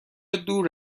دور